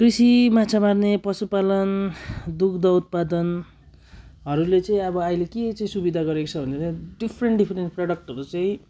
कृषि माछा मार्ने पशुपालन दुग्ध उत्पादनहरूले चाहिँ अब अहिले के चाहिँ सुविधा गरेको छ भने चाहिँ डिफ्रेन्ट डिफ्रेन्ट प्रडक्टहरू चाहिँ